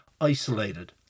isolated